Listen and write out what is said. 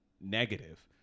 negative